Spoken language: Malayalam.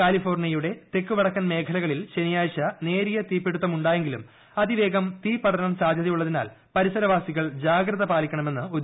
കാലിഫോർണിയയുടെ തെക്കു വടക്കൻ മേഖലകളിൽ ശനിയാഴ്ച നേരിയ തീപിടിത്തമുണ്ടായെങ്കിലും അതിവേഗം തീപടരാൻ സാധ്യതയുള്ളതിനാൽ പരിസരവാസികൾ ജാഗ്രതപാലിക്കണമെന്ന് അറിയിച്ചു